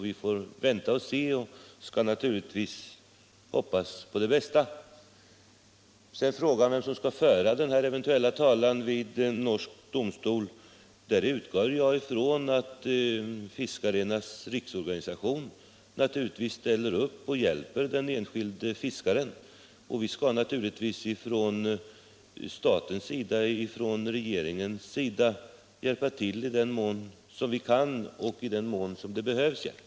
Vi får vänta och se och skall naturligtvis hoppas på det bästa. När det gäller frågan vem som skall föra en eventuell talan vid norsk domstol utgår jag ifrån att fiskarnas riksorganisation ställer upp och hjälper den enskilde fiskaren. Vi skall naturligtvis också från statens och regeringens sida hjälpa till i den mån vi kan och i den mån som det behövs hjälp.